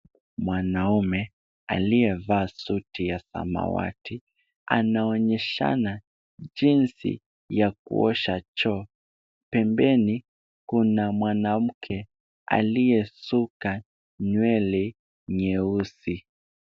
Mwanaume aliyevaa suti ya samawati, anaonyeshana jinsi ya kuosha choo. Pembeni kuna mwanamke aliyesuka nywele nyeusi.